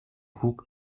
huk